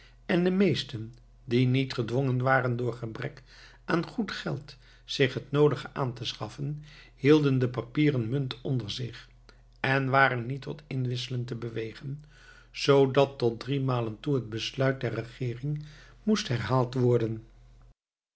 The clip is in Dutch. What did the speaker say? en de meesten die niet gedwongen waren door gebrek aan goed geld zich het noodige aan te schaffen hielden de papieren munt onder zich en waren niet tot inwisselen te bewegen zoodat tot driemalen toe het besluit der regeering moest herhaald worden